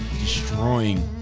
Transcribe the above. destroying